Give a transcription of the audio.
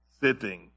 sitting